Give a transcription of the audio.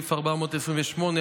בסעיף 428,